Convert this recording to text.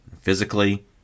physically